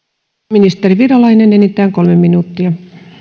ministeri virolainen enintään kolme minuuttia